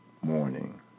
morning